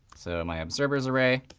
so my observers array.